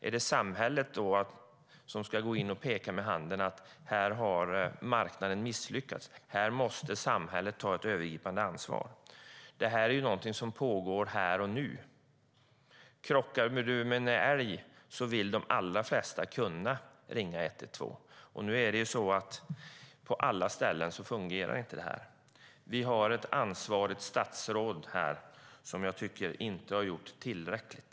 Är det samhället som ska gå in och peka med hela handen och säga att här har marknaden misslyckats och att samhället måste ta ett övergripande ansvar? Det här är någonting som pågår här och nu. De allra flesta som krockar med en älg vill kunna ringa 112. På alla ställen fungerar inte det. Vi har ett ansvarigt statsråd här som jag inte tycker har gjort tillräckligt.